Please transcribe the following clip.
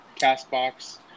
Castbox